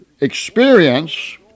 experience